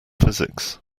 physics